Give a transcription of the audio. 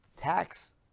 tax